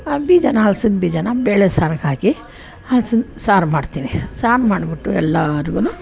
ಆ ಬೀಜಾನ ಹಲ್ಸಿನ ಬೀಜಾನ ಬೇಳೆ ಸಾರಿಗೆ ಹಾಕಿ ಹಲ್ಸಿನ ಸಾರು ಮಾಡ್ತೀನಿ ಸಾರು ಮಾಡಿಬಿಟ್ಟು ಎಲ್ಲಾರ್ಗೂ